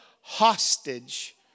hostage